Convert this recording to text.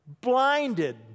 blinded